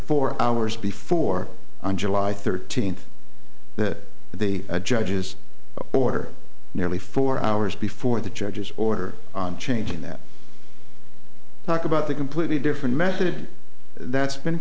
four hours before on july thirteenth that the judge's order nearly four hours before the judge's order on changing that talk about the completely different method that's been